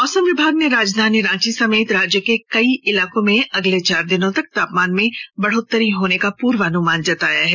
मौसस विभाग ने राजधानी रांची समेत राज्य के कई इलाकों में अगले चार दिनों तक तापमान में बढ़ोत्तरी होने का पूर्वानुमान जारी किया है